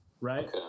right